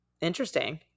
Interesting